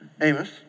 Amos